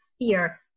fear